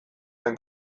den